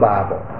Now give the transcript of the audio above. Bible